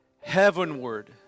heavenward